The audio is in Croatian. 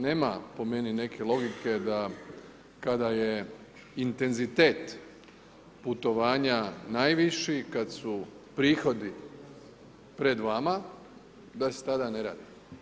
Nema po meni neke logike da kada je intenzitet putovanja najviši, kad su prihodi pred vama da se tada ne radi.